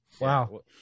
Wow